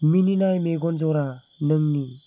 मिनिनाय मेगन ज'रा नोंनि